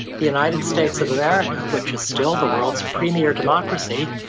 the united states of america, which is still the world's premier democracy,